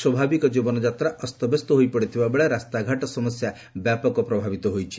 ସ୍ୱାଭାବିକ ଜୀବନଯାତ୍ରା ଅସ୍ତବ୍ୟସ୍ତ ହୋଇପଡିଥିବାବେଳେ ରାସ୍ତାଘାଟ ସମସ୍ୟା ବ୍ୟାପକ ପ୍ରଭାବିତ ହୋଇଛି